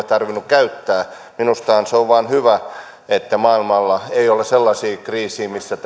tarvinnut käyttää minusta se on vain hyvä että maailmalla ei ole sellaisia kriisejä missä